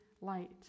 light